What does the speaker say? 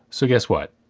so guess what?